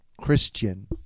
Christian